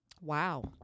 Wow